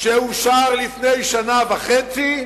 שאושר לפני שנה וחצי,